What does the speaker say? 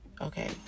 Okay